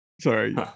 sorry